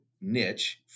niche